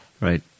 right